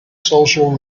social